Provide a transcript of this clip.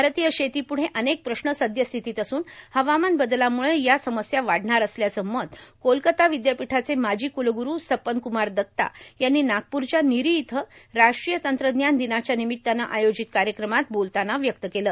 भारतीय शेती पूढे अनेक प्रश्न सद्य स्थितीत असून हवामान बदलामुळे या समस्या वाढणार असल्याचं मत कोलकाता विदयापीठाचे माजी कुलग्रू स्वपन कुमार दत्ता यांनी नागप्रच्या निरी इथं राष्ट्रीय तंत्रज्ञान दिनाच्या निमित्तानं आयोजित कार्यक्रमात बोलताना व्यक्त केलं